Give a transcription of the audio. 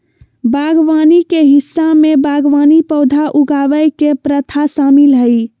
बागवानी के हिस्सा में बागवानी पौधा उगावय के प्रथा शामिल हइ